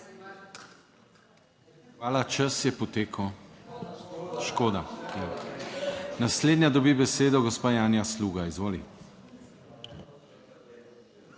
Hvala. Čas je potekel. Škoda. Naslednja dobi besedo gospa Janja Sluga. Izvoli.